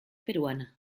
peruana